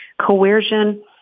Coercion